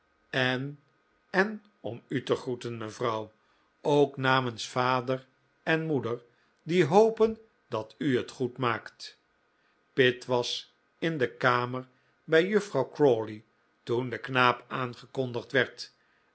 en en om u te groeten mevrouw ook namens vader en moeder die hopen dat u het goed maakt pitt was in de kamer bij juffrouw crawley toen de knaap aangekondigd werd